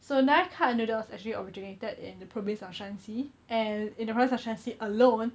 so knife cut noodles actually originated in the province of 山西 and in the province of 山西 alone